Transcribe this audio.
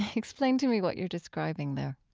explain to me what you're describing there